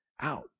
out